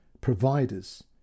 providers